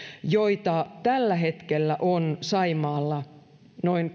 joita tällä hetkellä on saimaalla enää noin